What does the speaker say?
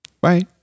Bye